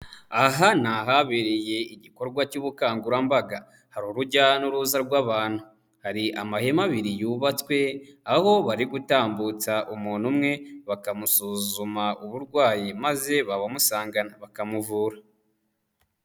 Aha ni ahabereye igikorwa cy'ubukangurambaga, hari urujya n'uruza rw'abantu, hari amahema abiri yubatswe aho bari gutambutsa umuntu umwe bakamusuzuma uburwayi maze babumusangana bakamuvura.